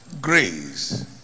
grace